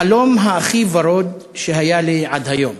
החלום הכי ורוד שהיה לי עד היום".